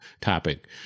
topic